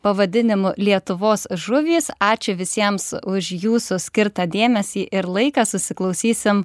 pavadinimu lietuvos žuvys ačiū visiems už jūsų skirtą dėmesį ir laiką susiklausysim